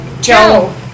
Joe